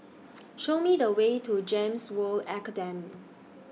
Show Me The Way to Gems World Academy